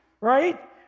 right